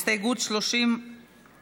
הסתייגות 30 מורידים.